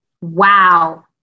Wow